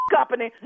company